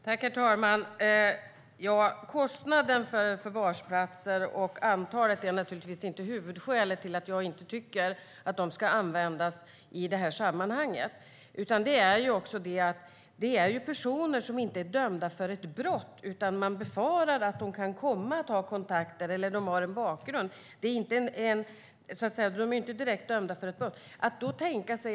Herr talman! Kostnaden för förvarsplatser och antalet är naturligtvis inte huvudskälet till att jag inte tycker att de ska användas i det här sammanhanget. Skälet är att det är personer som inte är dömda för ett brott, utan man befarar att de kan komma att ha sådana kontakter eller att de har en sådan bakgrund. De är inte direkt dömda för ett brott.